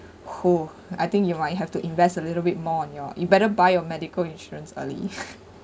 !fuh! I think you might have to invest a little bit more on your you better your medical insurance early